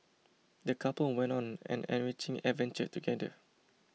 the couple went on an enriching adventure together